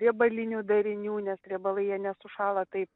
riebalinių darinių nes riebalai jie nesušąla taip